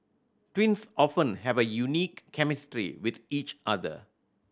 twins often have a unique chemistry with each other